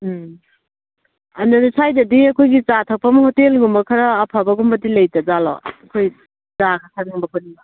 ꯎꯝ ꯑꯗꯨ ꯁ꯭ꯋꯥꯏꯗꯗꯤ ꯑꯩꯈꯣꯏꯒꯤ ꯆꯥ ꯊꯛꯐꯝ ꯍꯣꯇꯦꯜꯒꯨꯝꯕ ꯈꯔ ꯑꯐꯕꯒꯨꯝꯕꯗꯤ ꯂꯩꯇꯕꯖꯥꯠꯂꯣ ꯑꯩꯈꯣꯏ ꯆꯥ ꯊꯛꯅꯤꯡꯕ ꯈꯣꯠꯅꯤꯡꯕ